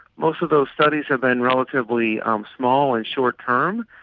most of those studies have been relatively um small and short term.